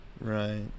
Right